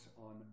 on